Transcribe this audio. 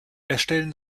erstellen